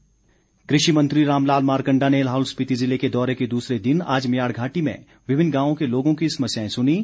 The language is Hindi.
मारकण्डा कृषि मंत्री रामलाल मारकंडा ने लाहौल स्पीति जिले के दौरे के दूसरे दिन आज म्याड घाटी में विभिन्न गांवों के लोगो की समस्याए सुनीं